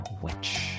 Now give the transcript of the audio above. witch